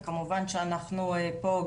וכמובן שאנחנו פה,